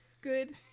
Good